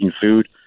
food